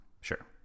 Sure